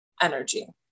energy